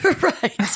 Right